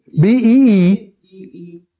B-E-E